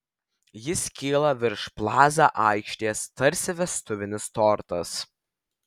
jis kyla virš plaza aikštės tarsi vestuvinis tortas